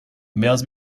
males